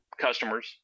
customers